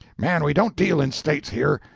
man, we don't deal in states here.